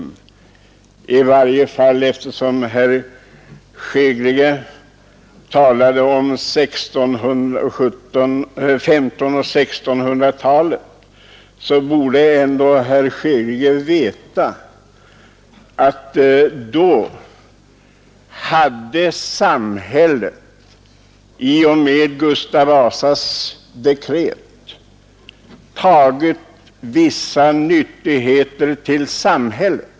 I varje fall borde herr Hansson i Skegrie, som talade om 1500 och 1600-talen, veta att då hade samhället i och med Gustav Vasas dekret tagit vissa nyttigheter till sig.